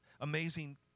amazing